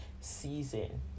season